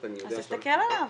אז תסתכל על העברות.